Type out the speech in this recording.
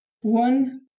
One